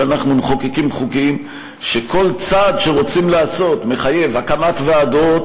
שאנחנו מחוקקים חוקים שכל צעד שרוצים לעשות מחייב הקמת ועדות,